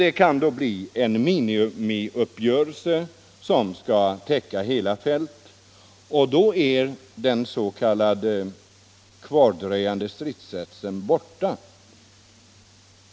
Det kan då bli en minimiuppgörelse som skall täcka hela fält, och då är den s.k. kvardröjande stridsrätten borta.